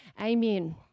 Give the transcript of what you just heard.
amen